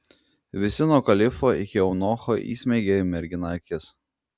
visi nuo kalifo iki eunucho įsmeigė į merginą akis